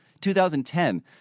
2010